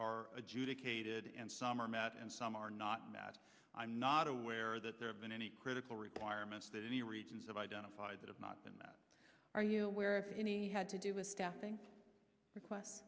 adjudicated and some are met and some are not that i'm not aware that there have been any critical requirements that any reasons have identified that have not been that are you aware of any had to do with staffing request